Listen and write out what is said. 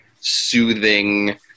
soothing